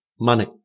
money